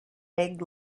egg